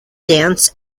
dance